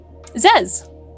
Zez